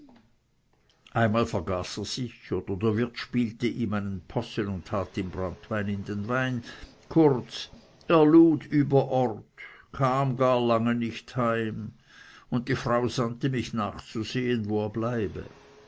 einmal vergaß er sich oder der wirt spielte ihm einen possen und tat ihm branntwein in den wein kurz er lud über ort kam gar lange nicht heim und die frau sandte mich nachzusehen wo er bleibe